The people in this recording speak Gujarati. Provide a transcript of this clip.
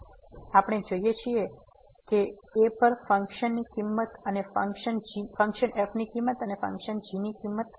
તેથી આપણે જાણીએ છીએ કે a પર ફંકશન ની કિંમત અને ફંકશન g ની કિંમત